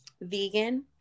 vegan